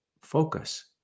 focus